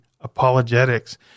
Apologetics